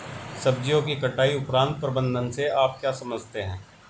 सब्जियों की कटाई उपरांत प्रबंधन से आप क्या समझते हैं?